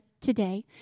today